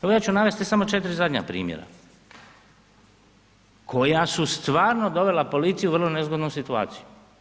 Evo ja ću navesti samo 4 zadnja primjera koja su stvarno dovela policiju u vrlo nezgodnu situaciju.